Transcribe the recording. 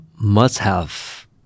must-have